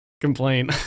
complain